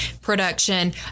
production